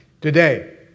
Today